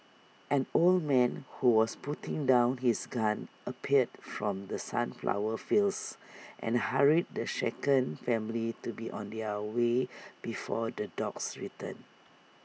an old man who was putting down his gun appeared from the sunflower fields and hurried the shaken family to be on their way before the dogs return